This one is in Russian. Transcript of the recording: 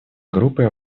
группы